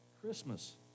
Christmas